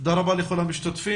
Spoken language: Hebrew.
תודה רבה לכל המשתתפים.